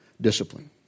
Discipline